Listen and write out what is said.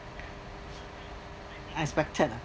expected ah